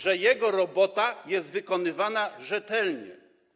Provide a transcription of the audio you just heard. że jego robota jest wykonywana rzetelnie.